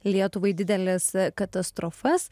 lietuvai dideles katastrofas